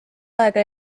aega